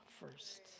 First